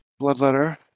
Bloodletter